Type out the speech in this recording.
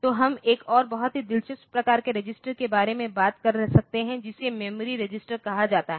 तो हम एक और बहुत ही दिलचस्प प्रकार के रजिस्टर के बारे में बात कर सकते हैं जिसे मेमोरी रजिस्टर कहा जाता है